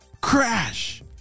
Crash